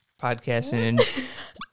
podcasting